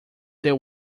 there